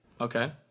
Okay